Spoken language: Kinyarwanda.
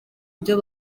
ibyo